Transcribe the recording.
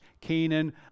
Canaan